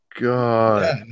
god